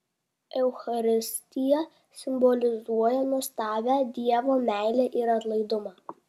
eucharistija simbolizuoja nuostabią dievo meilę ir atlaidumą